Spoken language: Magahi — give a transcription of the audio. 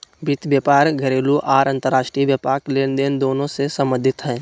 वित्त व्यापार घरेलू आर अंतर्राष्ट्रीय व्यापार लेनदेन दोनों से संबंधित हइ